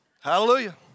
Hallelujah